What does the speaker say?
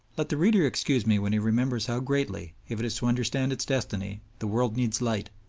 let the reader excuse me when he remembers how greatly, if it is to understand its destiny, the world needs light,